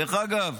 דרך אגב,